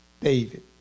David